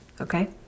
Okay